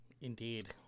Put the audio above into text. Indeed